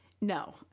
No